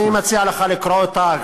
אני מציע לך לקרוא אותה.